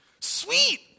Sweet